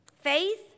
faith